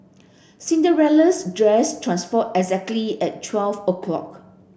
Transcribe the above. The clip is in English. Cinderella's dress transformed exactly at twelve o'clock